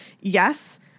Yes